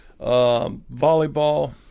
volleyball